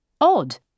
odd